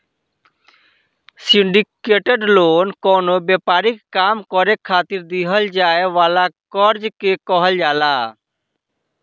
syndicated loan कवनो व्यापारिक काम करे खातिर दीहल जाए वाला कर्जा के कहल जाला